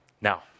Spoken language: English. now